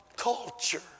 culture